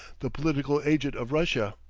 the political agent of russia.